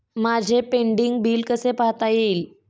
माझे pending bill कसे पाहता येईल?